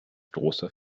großer